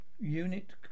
Unit